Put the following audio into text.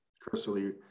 personally